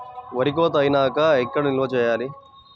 వరి కోత అయినాక ఎక్కడ నిల్వ చేయాలి?